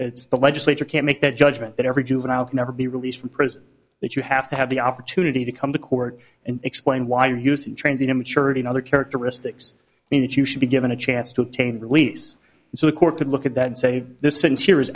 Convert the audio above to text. it's the legislature can't make that judgment that every juvenile can ever be released from prison that you have to have the opportunity to come to court and explain why he was in transit immaturity and other characteristics mean that you should be given a chance to obtain release so the court could look at that and say this